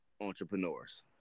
entrepreneurs